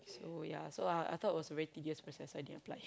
oh ya so I I thought it was a very tedious process I didn't apply